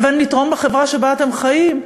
לבין לתרום לחברה שבה אתם חיים?